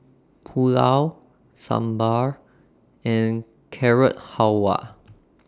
Pulao Sambar and Carrot Halwa